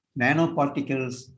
nanoparticles